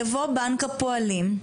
יבוא בנק הפועלים,